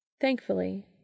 Thankfully